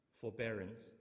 forbearance